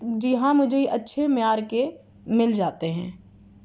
جی ہاں مجھے یہ اچھے معیار کے مل جاتے ہیں